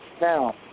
Now